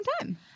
time